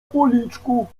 policzku